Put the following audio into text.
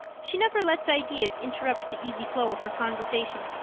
she never lets ideas interrupt the easy flow of her conversation.